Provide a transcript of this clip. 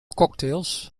cocktails